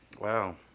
Wow